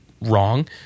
wrong